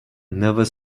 never